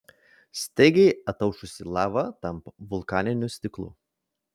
staigiai ataušusi lava tampa vulkaniniu stiklu